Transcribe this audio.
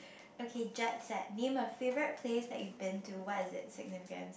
okay name a favourite place that you've been to why is it significance